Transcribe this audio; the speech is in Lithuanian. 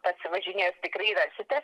pasivažinėjus tikrai rasite